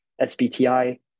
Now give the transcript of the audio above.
SBTI